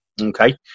okay